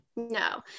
No